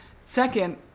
Second